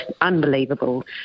unbelievable